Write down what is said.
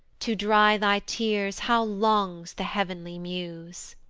to dry thy tears how longs the heav'nly muse!